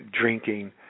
drinking